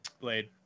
Blade